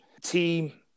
team